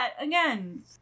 again